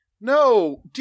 no